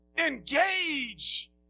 Engage